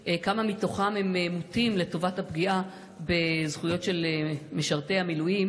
כמה מתוכם מוטים לטובת הפגיעה בזכויות של משרתי המילואים?